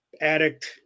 addict